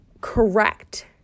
correct